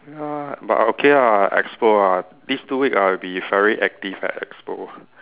ya ah but okay ah expo ah this two week I'll be very active at expo